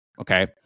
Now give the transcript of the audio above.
Okay